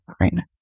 fine